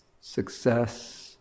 success